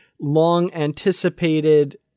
long-anticipated